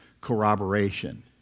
corroboration